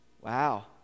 Wow